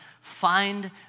find